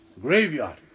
graveyard